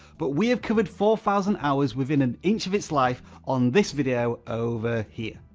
but we have covered four thousand hours within an inch of its life on this video over here.